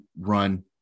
run